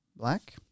Black